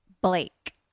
Blake